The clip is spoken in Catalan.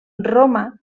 roma